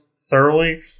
thoroughly